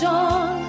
John